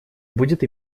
будет